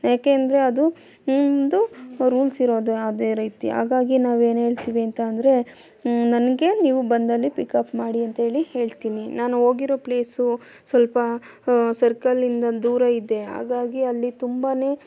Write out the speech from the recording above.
ಏಕೆ ಅಂದರೆ ಅದು ಒಂದು ರೂಲ್ಸ್ ಇರೋದು ಅದೇ ರೀತಿ ಹಾಗಾಗಿ ನಾವು ಏನು ಹೇಳ್ತೀವಿ ಅಂತ ಅಂದ್ರೆ ನನಗೆ ನೀವು ಬಂದಲ್ಲಿ ಪಿಕಪ್ ಮಾಡಿ ಅಂಥೇಳಿ ಹೇಳ್ತೀನಿ ನಾನು ಹೋಗಿರೊ ಪ್ಲೇಸು ಸ್ವಲ್ಪ ಸರ್ಕಲ್ಲಿಂದ ದೂರ ಇದೆ ಹಾಗಾಗಿ ಅಲ್ಲಿ ತುಂಬನೇ